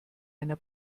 einer